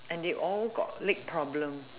and they all got leg problems